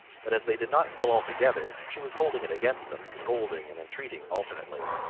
but as they did not pull all together, she was holding it against them, scolding and entreating alternately.